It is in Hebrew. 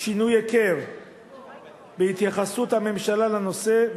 שינוי ניכר בהתייחסות הממשלה לנושא.